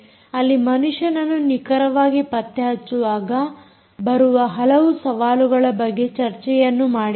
ಅಲ್ಲಿ ಮನುಷ್ಯನನ್ನು ನಿಖರವಾಗಿ ಪತ್ತೆಹಚ್ಚುವಾಗ ಬರುವ ಹಲವು ಸವಾಲುಗಳ ಬಗ್ಗೆ ಚರ್ಚೆಯನ್ನು ಮಾಡಿದ್ದೇವೆ